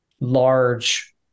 Large